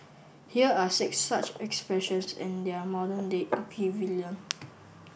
here are six such expressions and their modern day equivalent